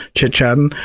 chit-chatting,